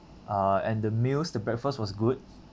uh and the meals the breakfast was good